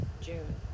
June